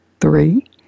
three